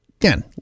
Again